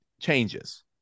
changes